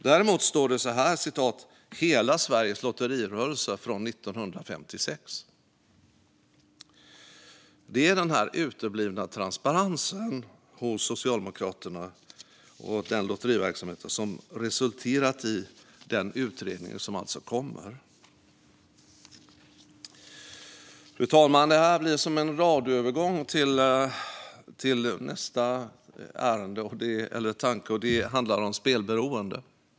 Däremot står det: "Hela Sveriges lotterirörelse sedan 1956". Det är den uteblivna transparensen hos Socialdemokraternas lotteriverksamhet som har resulterat i den utredning som kommer. Fru talman! Nu blir det som en radioövergång till mitt nästa ärende, som handlar om spelberoende.